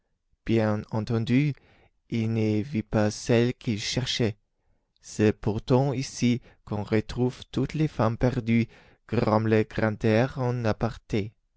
bien entendu il n'y vit pas celle qu'il cherchait c'est pourtant ici qu'on retrouve toutes les femmes perdues grommelait grantaire en aparté